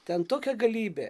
ten tokia galybė